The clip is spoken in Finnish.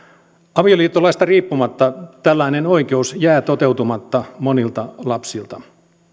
avioliittolaista riippumatta tällainen oikeus jää toteutumatta monilta lapsilta